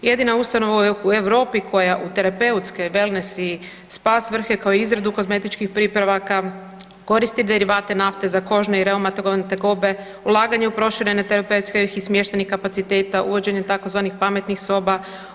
Jedina ustanova u Europi koja u terapeutske, wellness i spa svrhe kao izradu kozmetičkih pripravaka koristi derivate nafte za kožne i reumatične tegobe, ulaganje u proširene terapeutske i smještajnih kapaciteta, uvođenje tzv. pametnih soba.